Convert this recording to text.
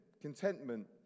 Contentment